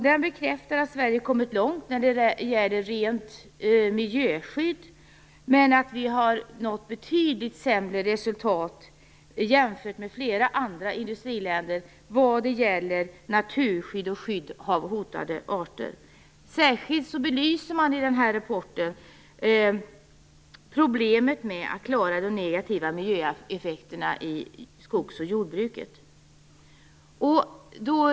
Den bekräftar att Sverige har kommit långt när det gäller miljöskydd. Men vi har nått betydligt sämre resultat än flera andra industriländer när det gäller naturskydd och skydd av hotade arter. I den här rapporten belyser man särskilt problemet med att klara av de negativa miljöeffekterna i skogsbruket och jordbruket.